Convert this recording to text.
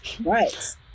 Right